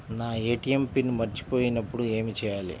నా ATM PIN మర్చిపోయినప్పుడు ఏమి చేయాలి?